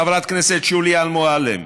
חברת הכנסת שולי מועלם,